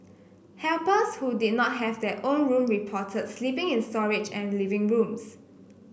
helpers who did not have their own room reported sleeping in storage and living rooms